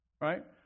right